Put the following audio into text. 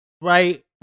right